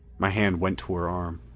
my hand went to her arm.